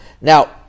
Now